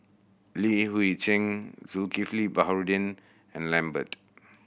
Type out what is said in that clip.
Li Hui Cheng Zulkifli Baharudin and Lambert